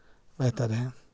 بہتر ہیں